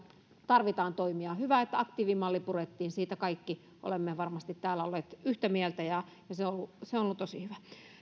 tarvitaan toimia hyvä että aktiivimalli purettiin siitä kaikki olemme varmasti täällä olleet yhtä mieltä ja se on ollut tosi hyvä